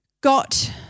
got